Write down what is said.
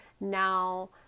now